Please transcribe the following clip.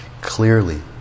clearly